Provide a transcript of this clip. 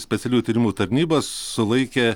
specialiųjų tyrimų tarnyba sulaikė